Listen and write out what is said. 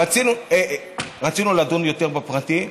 רצינו לדון יותר בפרטים.